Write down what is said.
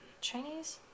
Chinese